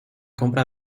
compra